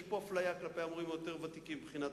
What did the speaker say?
יש פה אפליה כלפי המורים הוותיקים יותר מבחינת